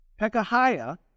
Pekahiah